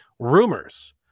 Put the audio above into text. rumors